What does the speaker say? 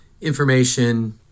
information